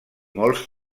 molts